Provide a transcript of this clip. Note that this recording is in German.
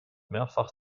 mehrfach